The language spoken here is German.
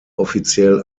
offiziell